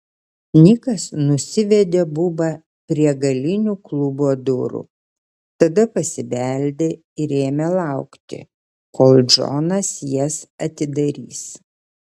nikas nusivedė bubą prie galinių klubo durų tada pasibeldė ir ėmė laukti kol džonas jas atidarys